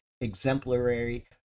exemplary